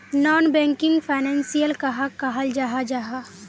Non banking financial कहाक कहाल जाहा जाहा?